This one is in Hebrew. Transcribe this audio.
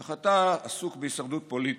אך אתה עסוק בהישרדות פוליטית.